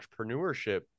entrepreneurship